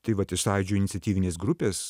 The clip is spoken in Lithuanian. tai vat iš sąjūdžio iniciatyvinės grupės